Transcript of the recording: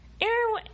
Aaron